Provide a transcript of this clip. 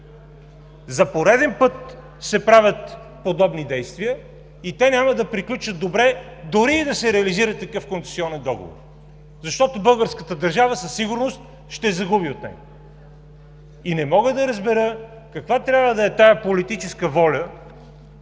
За пореден път се правят подобни действия и те няма да приключат добре, дори и да се реализира такъв концесионен договор, защото българската държава със сигурност ще загуби от него. Не мога да разбера каква трябва да е тази политическа воля,